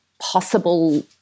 possible